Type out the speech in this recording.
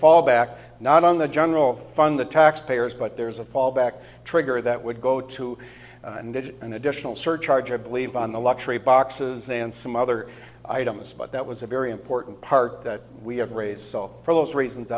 fall back not on the general fund the tax payers but there's a fallback trigger that would go to an additional surcharge i believe on the luxury boxes and some other items but that was a very important part that we have raised so for those reasons